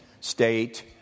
state